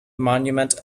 monument